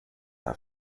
are